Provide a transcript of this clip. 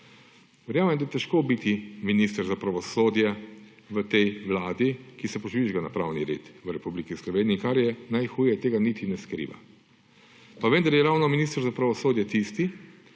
Verjamem, da je težko biti minister za pravosodje v tej Vladi, ki se požvižga na pravni red v Republiki Sloveniji, kar je najhuje, tega niti ne skriva. Pa vendar je ravno minister za pravosodje tisti,